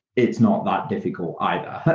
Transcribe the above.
it's not that difficult either.